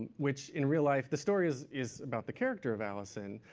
which, in real life, the story is is about the character of alison,